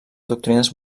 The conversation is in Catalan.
doctrines